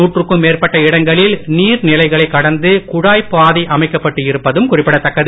நாற்றுக்கும் மேற்பட்ட இடங்களில் நீர் நிலைகளை கடந்து குழாய்ப் பாதை அமைக்கப்பட்டு இருப்பதும் குறிப்பிடத்தக்கது